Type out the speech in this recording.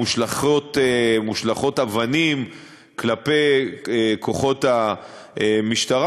מושלכות אבנים כלפי כוחות המשטרה,